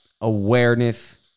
awareness